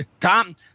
Tom